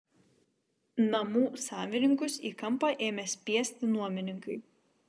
namų savininkus į kampą ėmė spiesti nuomininkai